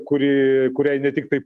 kuri kuriai ne tiktai